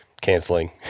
canceling